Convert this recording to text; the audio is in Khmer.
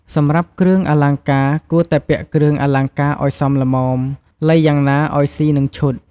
សម្រាប់គ្រឿងអលង្ការគួរតែពាក់គ្រឿងអលង្ការឲ្យសមល្មម លៃយ៉ាងណាឲ្យសុីនឹងឈុត។